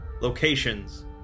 locations